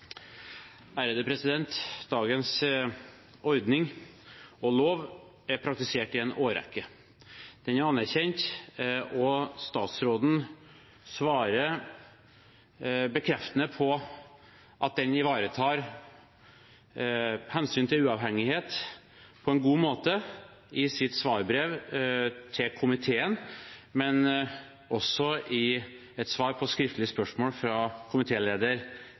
praktisert i en årrekke. Den er anerkjent, og statsråden svarer bekreftende på at den ivaretar hensynet til uavhengighet på en god måte, i sitt svarbrev til komiteen, men også i et svar på skriftlig spørsmål fra